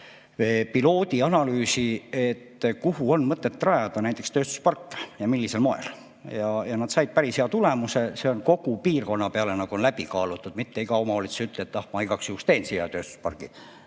piloodi analüüsi, et kuhu on mõtet rajada näiteks tööstusparke ja millisel moel. Ja nad said päris hea tulemuse. See on kogu piirkonna peale läbi kaalutud, mitte iga omavalitsus ei ütle, et ah, ma igaks juhuks teen siia tööstuspargi,